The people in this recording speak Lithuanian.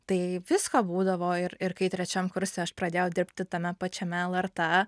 tai visko būdavo ir ir kai trečiam kurse aš pradėjau dirbti tame pačiame lrt